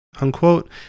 unquote